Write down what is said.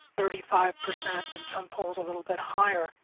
thirty five per cent, and some polls a little bit higher,